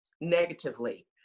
negatively